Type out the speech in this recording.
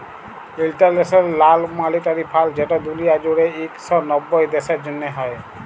ইলটারল্যাশ লাল মালিটারি ফাল্ড যেট দুলিয়া জুইড়ে ইক শ নব্বইট দ্যাশের জ্যনহে হ্যয়